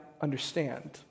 understand